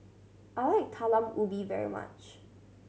I like Talam Ubi very much